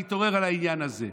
להתעורר על העניין הזה.